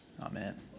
Amen